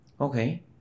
Okay